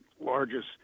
largest